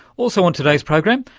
also on today's program,